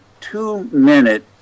two-minute